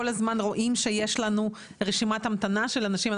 כל הזמן רואים שיש לנו רשימת המתנה של אנשים.